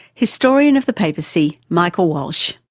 historian of the papacy, michael walsh.